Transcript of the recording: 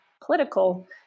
political